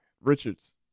Richards